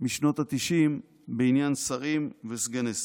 משנות התשעים בעניין שרים וסגני שרים.